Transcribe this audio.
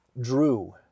drew